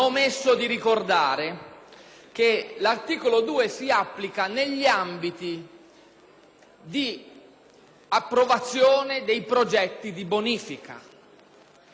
di approvazione dei progetti di bonifica. Vi è quindi un soggetto che si è reso disponibile ad effettuare una bonifica,